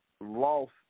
lost